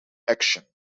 action